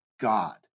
God